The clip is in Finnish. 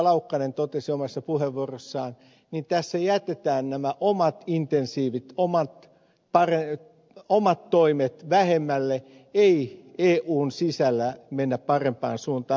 laukkanen totesi omassa puheenvuorossaan niin tässä jätetään nämä omat insentiivit omat toimet vähemmälle ei eun sisällä mennä parempaan suuntaan